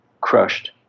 crushed